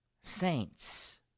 saints